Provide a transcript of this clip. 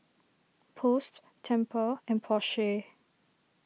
Post Tempur and Porsche